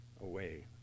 away